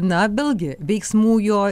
na vėlgi veiksmų jo